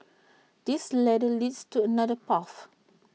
this ladder leads to another path